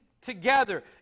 together